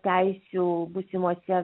teisių būsimose